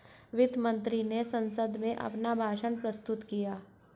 वित्त मंत्री ने संसद में अपना भाषण प्रस्तुत किया